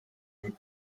route